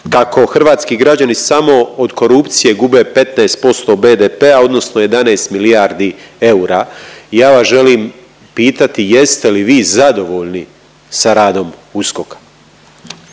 kako hrvatski građani samo od korupcije gube 15% BDP-a odnosno 11 milijardi eura i ja vas želim pitati jeste li vi zadovoljni sa radom USKOK-a?